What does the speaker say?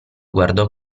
guardò